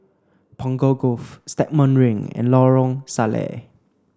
Punggol Cove Stagmont Ring and Lorong Salleh